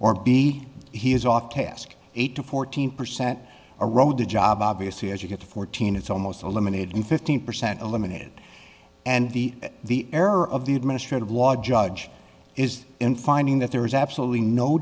or b he is off task eight to fourteen percent or road to job obviously as you get to fourteen it's almost eliminated in fifteen percent eliminated and the the error of the administrative law judge is in finding that there is absolutely no